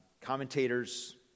Commentators